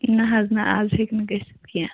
نَہ حظ نَہ آز ہیٚکہِ نہٕ گٔژھِتھ کیٚنٛہہ